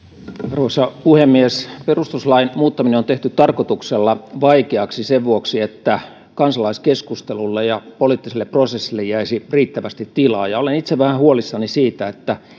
arvoisa puhemies perustuslain muuttaminen on tehty tarkoituksella vaikeaksi sen vuoksi että kansalaiskeskustelulle ja poliittiselle prosessille jäisi riittävästi tilaa olen itse vähän huolissani siitä että